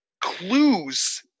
clues